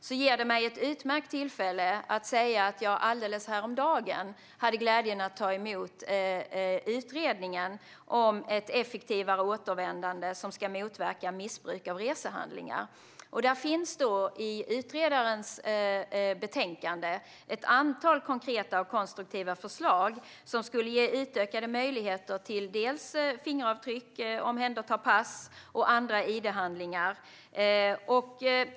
Det ger mig ett utmärkt tillfälle att säga att jag häromdagen hade glädjen att ta emot utredningen om ett effektivare återvändande som ska motverka missbruk av resehandlingar. I utredarens betänkande finns det ett antal konkreta och konstruktiva förslag som skulle ge utökade möjligheter att ta fingeravtryck och omhänderta pass och andra id-handlingar.